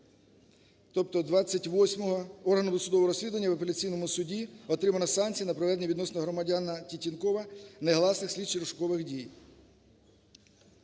тобто 28-го – органом досудового розслідування в Апеляційному суді отримана санкція на проведення відносно громадянина Тітєнкова негласних слідчо-розшукових дій,